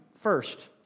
first